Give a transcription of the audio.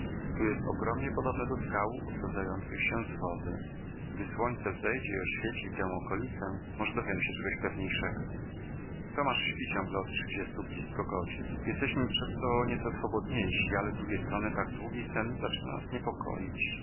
który jest ogromnie podobny do skał osadzających się z wody gdy słońce wzejdzie i oświeci tę okolicę może dowiemy się czegoś pewniejszego tomasz śpi ciągle od trzydziestu blizko godzin jesteśmy przez to nieco swobodniejsi ale z drugiej strony tak długi sen zaczyna nas niepokoić